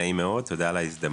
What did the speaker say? נעים מאוד, תודה על ההזדמנות.